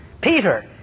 Peter